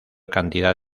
cantidad